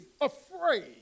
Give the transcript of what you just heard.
afraid